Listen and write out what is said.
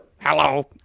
hello